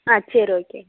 ஆ சரி ஓகே